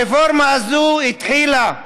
הרפורמה הזאת התחילה,